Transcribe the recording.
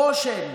חושן,